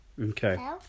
Okay